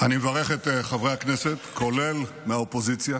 אני מברך את חברי הכנסת, כולל מהאופוזיציה,